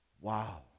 wow